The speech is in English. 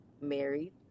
married